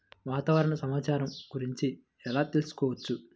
వాతావరణ సమాచారం గురించి ఎలా తెలుసుకోవచ్చు?